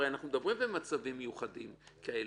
הרי אנחנו מדברים במצבים מיוחדים כאלה.